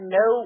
no